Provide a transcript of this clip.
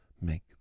make